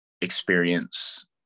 experience